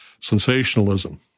sensationalism